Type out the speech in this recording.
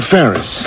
Ferris